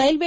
railway